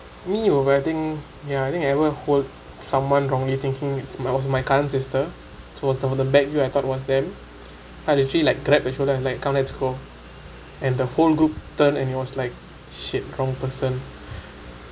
me you I think ya I think ever who someone wrongly thinking it my was my cousin sister towards the on the back you I thought was them I'd actually like grab her shoulder and like come let's go and the whole group turn and it was like shit wrong person